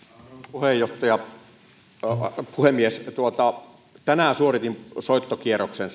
puhemies tänään suoritin soittokierroksen